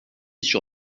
sur